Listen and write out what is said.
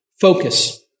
focus